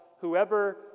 Whoever